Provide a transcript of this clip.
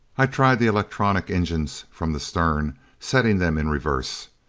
i tried the electronic engines from the stern, setting them in reverse.